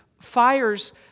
fires